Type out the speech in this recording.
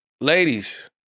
ladies